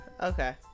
Okay